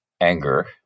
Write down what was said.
anger